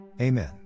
Amen